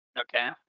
Okay